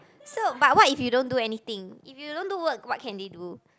so but what if you don't do anything if you don't do work what can they do